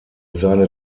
seine